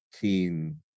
keen